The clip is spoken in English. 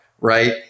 Right